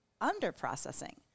under-processing